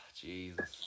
Jesus